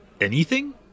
anything